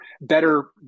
better